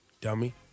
dummy